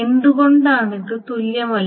എന്തുകൊണ്ട് ഇത് തുല്യമല്ല